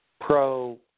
pro-